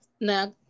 now